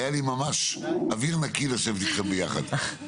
היה לי ממש אוויר נקי לשבת אתכם ביחד,